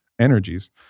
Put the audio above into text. energies